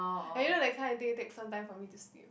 ya you know that kind of thing it takes some time for me to sleep